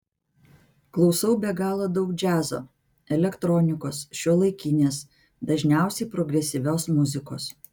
klausau be galo daug džiazo elektronikos šiuolaikinės dažniausiai progresyvios muzikos